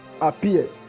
appeared